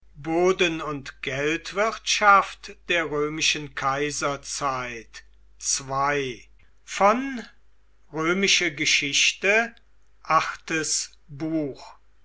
boden und geldwirtschaft der römischen kaiserzeit die